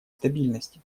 стабильности